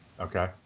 Okay